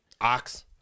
ox